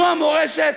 זו המורשת?